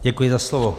Děkuji za slovo.